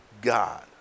God